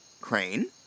crane